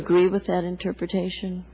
agree with that interpretation